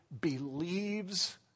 believes